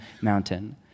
mountain